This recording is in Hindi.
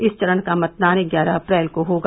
इस चरण का मतदान ग्यारह अप्रैल को होगा